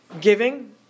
giving